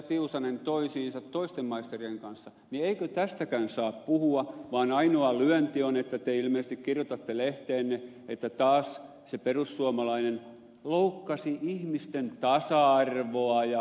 tiusanen toisten maisterien kanssa niin eikö tästäkään saa puhua vaan ainoa lyönti on että te ilmeisesti kirjoitatte lehteenne että taas se perussuomalainen loukkasi ihmisten tasa arvoa ja kaikkea